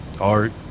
art